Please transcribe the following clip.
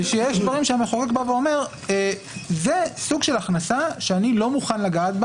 ויש דברים שהמחוקק אומר: זה סוג של הכנסה שאני לא מוכן לגעת בה